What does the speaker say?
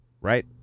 right